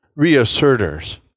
reasserters